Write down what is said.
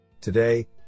Today